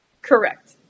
correct